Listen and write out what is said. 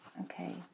Okay